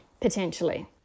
potentially